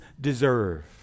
deserve